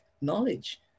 knowledge